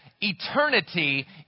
eternity